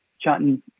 chatting